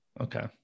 Okay